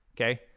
okay